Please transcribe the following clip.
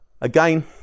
again